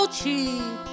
cheap